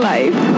life